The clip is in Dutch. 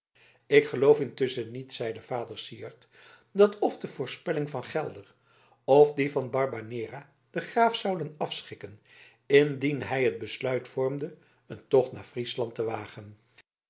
ik geloof intusschen niet zeide vader syard dat f de voorspelling van gelder f die van barbanera den graaf zouden afschrikken indien hij het besluit vormde een tocht naar friesland te wagen